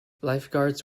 lifeguards